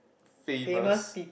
famous